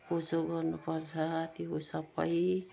कसो गर्नुपर्छ त्यो सबै